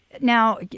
Now